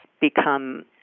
become